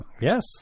Yes